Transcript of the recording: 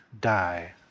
die